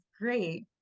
great